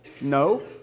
No